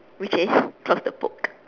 which is close the book